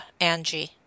Angie